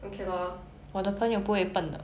okay lor